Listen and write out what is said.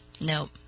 Nope